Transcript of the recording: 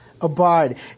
Abide